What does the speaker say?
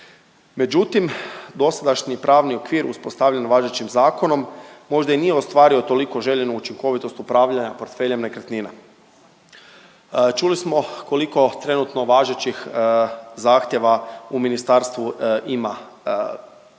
Međutim, dosadašnji pravni okvir uspostavljen važećim zakonom možda i nije ostvario toliko željenu učinkovitost upravljanja portfeljem nekretnina. Čuli smo koliko trenutno važećih zahtjeva u ministarstvu ima